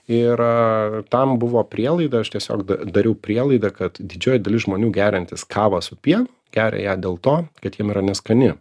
ir tam buvo prielaida aš tiesiog dariau prielaidą kad didžioji dalis žmonių geriantys kavą su pienu geria ją dėl to kad jiem yra neskani